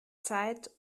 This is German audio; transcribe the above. zeit